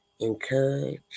encourage